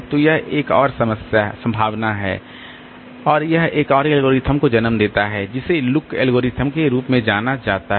तो यह एक और संभावना है और यह एक और एल्गोरिथ्म को जन्म देता है जिसे लुक एल्गोरिथम के रूप में जाना जाता है